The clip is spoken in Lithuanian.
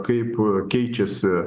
kaip keičiasi